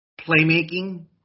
playmaking